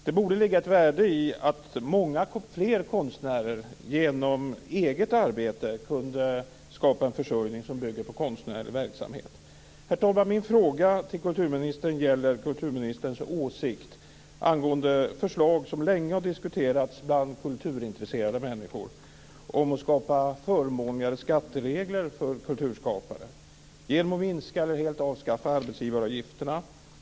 Det borde ligga ett värde i att många fler konstnärer genom eget arbete kunde skapa en försörjning som bygger på konstnärlig verksamhet. Herr talman! Min fråga till kulturministern gäller kulturministerns åsikt angående förslag som länge har diskuterats bland kulturintresserade människor om att skapa förmånligare skatteregler för kulturskapare genom att minska eller helt avskaffa arbetsgivaravgifterna.